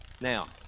Now